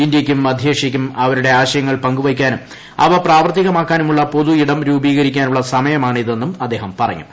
ഇന്ത്യയ്ക്കും മധ്യേഷ്യയ്ക്കും അവരുടെ ആശയങ്ങൾ പങ്കുവയ്ക്കാനും അവ പ്രാവർത്തികമാക്കാനുമുള്ള പൊതുയിടം രൂപീകരിക്കാനുള്ള സമയമാണിതെന്നും അദ്ദേഹം പറഞ്ഞു